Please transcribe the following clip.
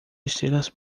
estrelas